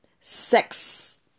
sex